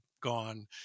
gone